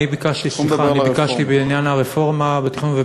אני ביקשתי בעניין הרפורמה בתכנון ובנייה,